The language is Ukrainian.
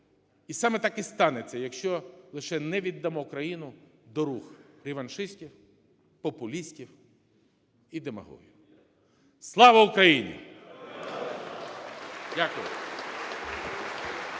І саме так і станеться, якщо лише не віддамо країну до рук реваншистів, популістів і демагогів. Слава Україні! Дякую.